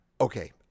Okay